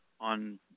on